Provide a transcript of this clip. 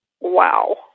Wow